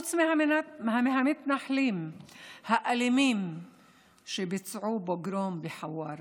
חוץ מהמתנחלים האלימים שביצעו פוגרום בחווארה,